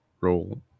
role